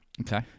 Okay